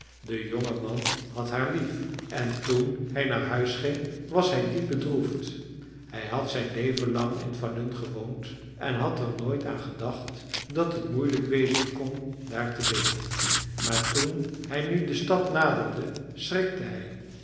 de jonge man had haar lief en toen hij naar huis ging was hij diep bedroefd hij had zijn leven lang in falun gewoond en hij had er nooit aan gedacht dat het moeilijk wezen kon daar te leven maar toen hij nu de stad naderde schrikte hij